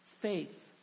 Faith